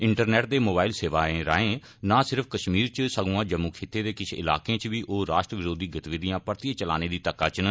internet ते mobile सेवाएं राएं नां सिर्फ कश्मीर इच सगुआ जम्मू खित्ते दे किश इलाकें इच बी ओह् राष्ट्र विरोधी गतिविधियां परतियै चलाने दी तक्क इच न